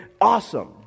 awesome